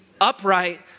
upright